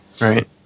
Right